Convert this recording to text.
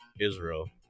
Israel